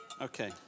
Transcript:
Okay